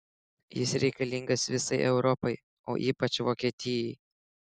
jis reikalingas visai europai o ypač vokietijai